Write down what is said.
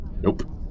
nope